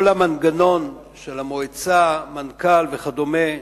כל המנגנון של המועצה, מנכ"ל וכדומה,